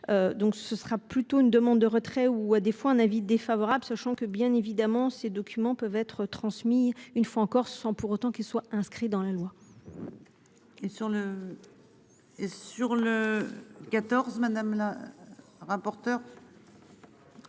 Donc ce sera plutôt une demande de retrait ou à défaut un avis défavorable, sachant que bien évidemment ces documents peuvent être transmis une fois encore, sans pour autant qu'il soit inscrit dans la loi. Et sur le. Sur le. 14 madame la. Rapporteure.